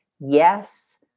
Yes